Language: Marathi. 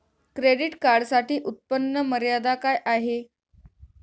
क्रेडिट कार्डसाठी उत्त्पन्न मर्यादा काय आहे?